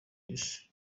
isi